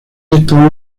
esta